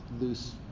loose